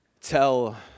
tell